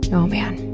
and oh man.